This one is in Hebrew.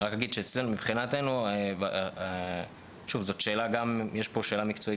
אני רק אגיד שמבחינתנו יש פה שאלה מקצועית